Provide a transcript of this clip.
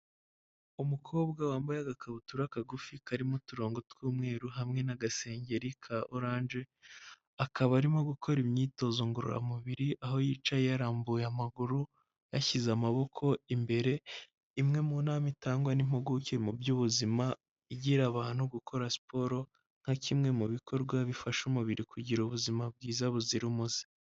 Umukobwa wambaye agakabutura kagufi karimo uturongo tw'umweru hamwe n'agasengeri ka orange, akaba arimo gukora imyitozo ngororamubiri aho yicaye yarambuye amaguru yashyize amaboko imbere, imwe mu nama itangwa n'impuguke mu by'ubuzima igira abantu gukora siporo nka kimwe mu bikorwa bifasha umubiri kugira ubuzima bwiza buzira umuze.